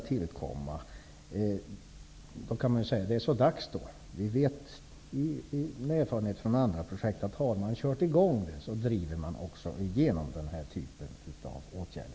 Man skulle också kunna säga: Det är så dags då! Med erfarenhet från andra projekt vet vi att man, om man väl kört i gång ett projekt, också driver igenom den här typen av åtgärder.